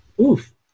Oof